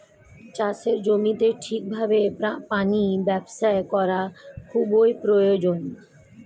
চাষের জমিতে ঠিক ভাবে পানীয় ব্যবস্থা করা খুবই প্রয়োজন